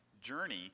journey